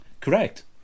Correct